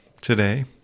today